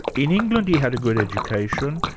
in england, he had a good education,